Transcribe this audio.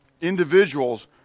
individuals